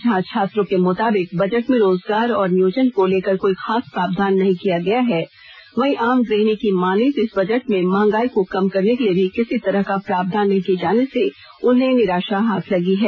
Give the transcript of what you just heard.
जहां छात्रों के मुताबिक बजट में रोजगार और नियोजन को लेकर कोई खास प्रावधान नहीं किया गया है वहीं आम गृहिणी की मानें तो इस बजट में महंगाई को कम करने के लिए भी किसी तरह का प्रावधान नहीं किये जाने से उन्हें निराशा हाथ लगी है